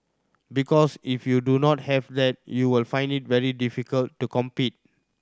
because if you do not have that you will find it very difficult to compete